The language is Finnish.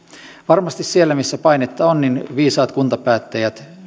varmasti siellä missä painetta on viisaat kuntapäättäjät